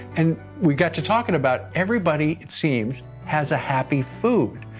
and we got to talking about everybody, it seems, has a happy food,